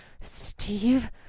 Steve